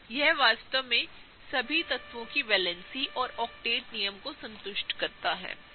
यह वास्तव में सभी तत्वों की वैलेंसी और ऑक्टेट नियम को संतुष्ट करता है